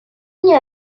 mis